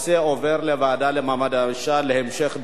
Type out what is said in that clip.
הנושא עובר לוועדה למעמד האשה להמשך דיון.